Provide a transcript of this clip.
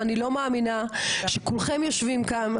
ואני לא מאמינה שכולכם יושבים כאן,